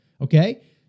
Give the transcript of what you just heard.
okay